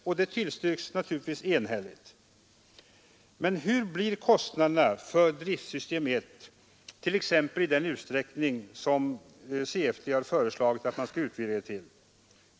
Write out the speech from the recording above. Detta tillstyrks naturligtvis enhälligt, men hurdana blir kostnaderna för driftsystem 1, t.ex. i den utvidgning som CFD har föreslagit?